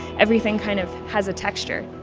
everything kind of has a texture